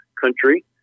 country